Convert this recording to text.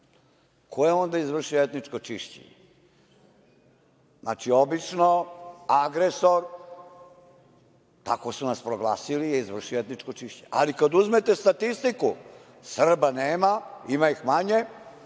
Ko je onda izvršio etničko čišćenje? Znači, obično agresor, tako su nas proglasili, izvrši etničko čišćenje. Ali, kad uzmete statistiku, Srba nema, ima ih manje.